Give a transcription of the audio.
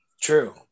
true